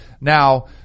Now